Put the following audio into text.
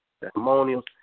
testimonials